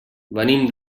venim